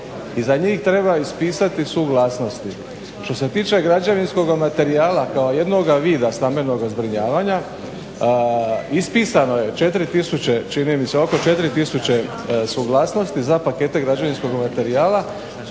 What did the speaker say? i za njih treba ispisati suglasnosti. Što se tiče građevinskoga materijala kao jednoga vida stambenoga zbrinjavanja ispisano je 4 tisuće čini mi se, oko 4 tisuće suglasnosti za pakete građevinskog materijala.